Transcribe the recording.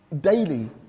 daily